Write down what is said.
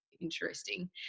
interesting